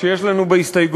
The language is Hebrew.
שיש לנו בהסתייגויות,